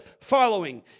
following